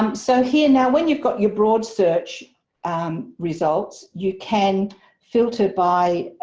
um so here, now when you've got your broad search um results you can filter by